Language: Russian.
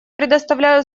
предоставляю